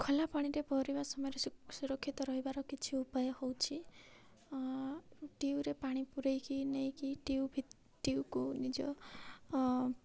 ଖୋଲା ପାଣିରେ ପହଁରିବା ସମୟରେ ସୁରକ୍ଷିତ ରହିବାର କିଛି ଉପାୟ ହେଉଛି ଟ୍ୟୁବ୍ରେ ପାଣି ପୁରେଇକି ନେଇକି ଟ୍ୟୁବ୍ ଟ୍ୟୁବ୍କୁ ନିଜ